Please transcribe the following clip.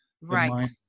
Right